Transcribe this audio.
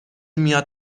میاد